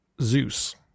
zeus